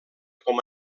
com